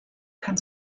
kann